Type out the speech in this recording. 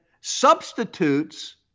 substitutes